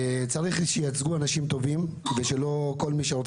צריך שייצגו אנשים טובים כדי שלא כל מי שרוצה